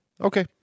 Okay